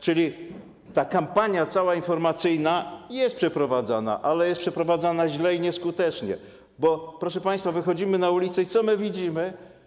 Czyli cała ta kampania informacyjna jest przeprowadzana, ale jest przeprowadzana źle i nieskutecznie, bo, proszę państwa, wychodzimy na ulicę i co my widzimy?